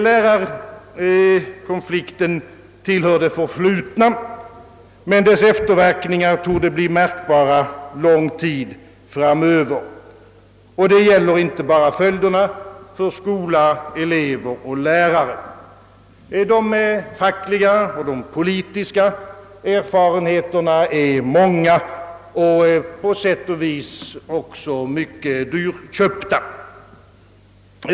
Lärarkonflikten tillhör det förflutna, men dess efterverkningar torde bli märkbara lång tid framöver. Och detta gäller inte bara följderna för skola, ele ver och lärare. De fackliga — och politiska — erfarenheterna är många och dyrköpta.